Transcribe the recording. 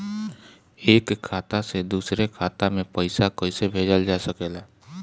एक खाता से दूसरे खाता मे पइसा कईसे भेजल जा सकेला?